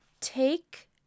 take